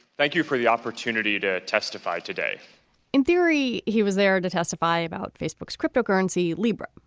thank you for the opportunity to testify today in theory he was there to testify about facebook cryptocurrency libra.